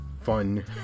fun